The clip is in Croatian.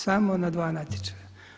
Samo na dva natječaja.